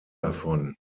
davon